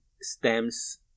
stems